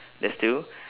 that's two